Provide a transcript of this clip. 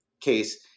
case